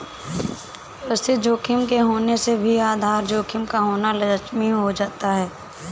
व्यवस्थित जोखिम के होने से भी आधार जोखिम का होना लाज़मी हो जाता है